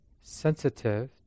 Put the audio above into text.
sensitive